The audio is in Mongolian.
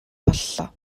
боллоо